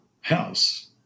house